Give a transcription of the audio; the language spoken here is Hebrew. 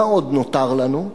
מה עוד נותר לנו?